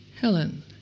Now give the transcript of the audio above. Helen